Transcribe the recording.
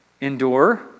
endure